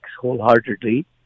wholeheartedly